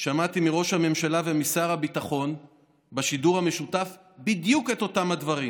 שמעתי מראש הממשלה ומשר הביטחון בשידור המשותף בדיוק את אותם דברים,